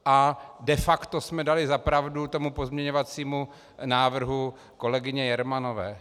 A de facto jsme dali za pravdu tomu pozměňovacímu návrhu kolegyně Jermanové.